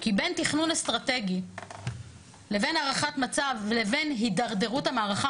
כי בין תכנון אסטרטגי לבין הערכת מצב לבין הידרדרות המערכה,